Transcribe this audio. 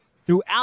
throughout